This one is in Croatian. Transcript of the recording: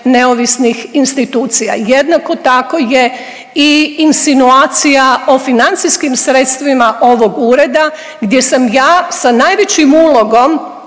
neovisnih institucija. Jednako tako je i insinuacija o financijskim sredstvima ovog ureda gdje sam ja sa najvećim ulogom